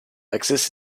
lexus